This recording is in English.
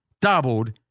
doubled